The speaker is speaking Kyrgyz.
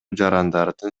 жарандардын